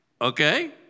okay